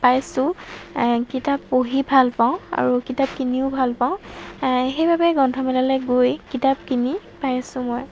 পাইছো কিতাপ পঢ়ি ভাল পাওঁ আৰু কিতাপ কিনিও ভাল পাওঁ সেইবাবে গ্ৰন্থমেলালৈ গৈ কিতাপ কিনি পাইছোঁ মই